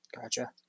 Gotcha